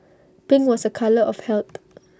pink was A colour of health